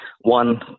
One